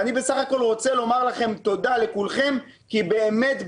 אני בסך הכול רוצה לומר לכם תודה לכולכם כי באמת,